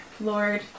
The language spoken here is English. Lord